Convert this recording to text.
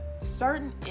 certain